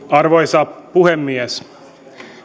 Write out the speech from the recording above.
arvoisa puhemies